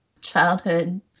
childhood